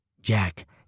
Jack